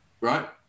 right